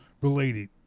related